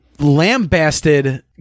lambasted